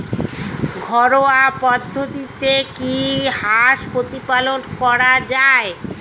ঘরোয়া পদ্ধতিতে কি হাঁস প্রতিপালন করা যায়?